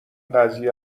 قضیه